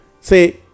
Say